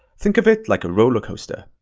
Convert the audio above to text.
think of it like a roller coaster.